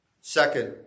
Second